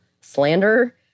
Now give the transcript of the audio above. slander